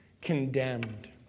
Condemned